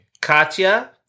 Katya